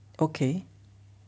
okay